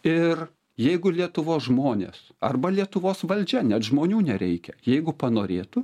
ir jeigu lietuvos žmonės arba lietuvos valdžia net žmonių nereikia jeigu panorėtų